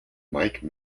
mike